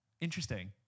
Interesting